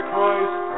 Christ